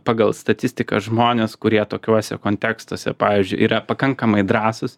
pagal statistiką žmonės kurie tokiuose kontekstuose pavyzdžiui yra pakankamai drąsūs